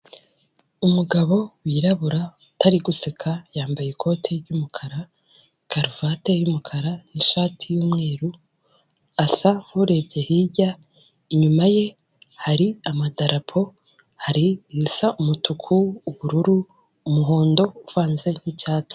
Umugabo wirabura utari guseka, yambaye ikoti ry'mukara, karuvati yumukara ,n'ishati y'umweru. Asa nkurebye hirya ,inyuma ye hari amadarapo. Hari irisa umutuku ,ubururu umuhondo uvanze n'icyatsi.